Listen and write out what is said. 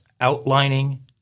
outlining